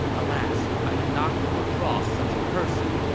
alas, i had not come across such a person.